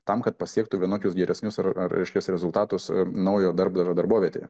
tam kad pasiektų vienokius geresnius ar reiškias rezultatus naujo darbdavio darbovietėje